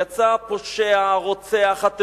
יצא הפושע, הרוצח, הטרוריסט,